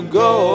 go